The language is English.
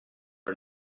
our